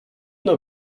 nur